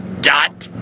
dot